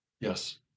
Yes